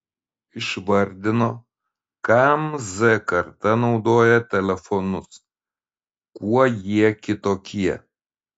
išvardino kam z karta naudoja telefonus kuo jie kitokie